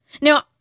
Now